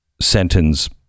sentence